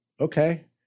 okay